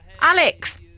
Alex